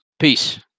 Peace